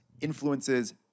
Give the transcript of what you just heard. influences